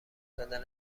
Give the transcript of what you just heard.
زدم